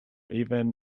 even